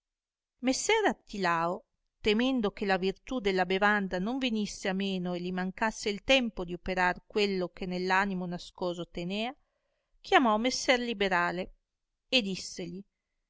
messer artilao temendo che la virtù della bevanda non venisse a meno e gli mancasse il tempo di operar quello che nell animo nascoso tenea chiamò messer liberale e dissegli